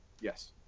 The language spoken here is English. Yes